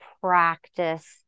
practice